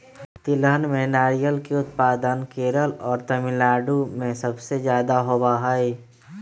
तिलहन में नारियल के उत्पादन केरल और तमिलनाडु में सबसे ज्यादा होबा हई